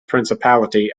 principality